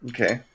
Okay